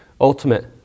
Ultimate